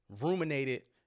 ruminated